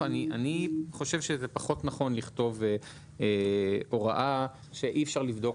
אני חושב שזה פחות נכון לכתוב הוראה שאי אפשר לבדוק